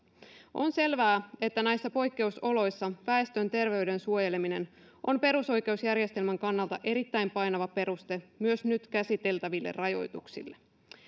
on selvää että näissä poikkeusoloissa väestön terveyden suojeleminen on perusoikeusjärjestelmän kannalta erittäin painava peruste myös nyt käsiteltäville rajoituksille